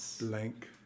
blank